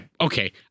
Okay